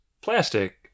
plastic